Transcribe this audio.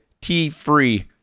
tea-free